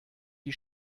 die